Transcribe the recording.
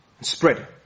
spread